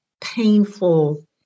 painful